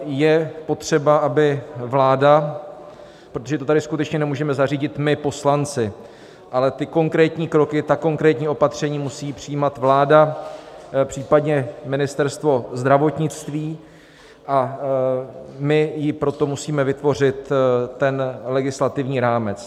Je potřeba, aby vláda protože to tady skutečně nemůžeme zařídit my poslanci, ale konkrétní kroky, konkrétní opatření musí přijímat vláda, případně Ministerstvo zdravotnictví, a my jí pro to musíme vytvořit ten legislativní rámec.